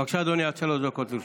בבקשה, אדוני, עד שלוש דקות לרשותך.